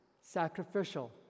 sacrificial